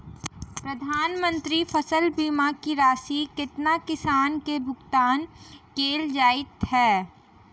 प्रधानमंत्री फसल बीमा की राशि केतना किसान केँ भुगतान केल जाइत है?